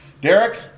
Derek